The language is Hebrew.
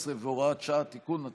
18 והוראת שעה) (תיקון),